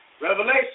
Revelation